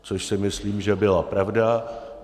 Což si myslím, že byla pravda.